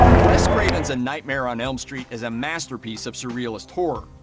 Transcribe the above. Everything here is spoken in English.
wes craven's a nightmare on elm street is a masterpiece of surrealist horror.